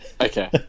Okay